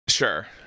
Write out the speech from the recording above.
Sure